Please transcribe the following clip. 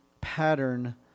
pattern